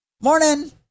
morning